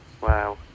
wow